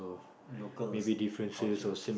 locals' culture